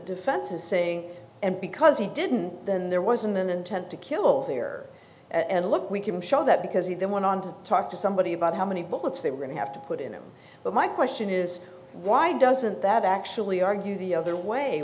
defense is saying and because he didn't then there was an intent to kill there and look we can show that because he then went on to talk to somebody about how many bullets they were going to have to put in there but my question is why doesn't that actually argue the other way